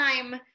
time